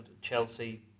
Chelsea